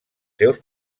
seus